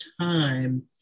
time